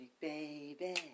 baby